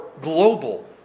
global